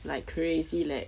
like crazy leh